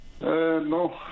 No